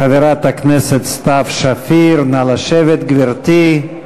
חברת הכנסת סתיו שפיר, נא לשבת, גברתי.